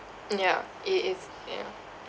ya it is ya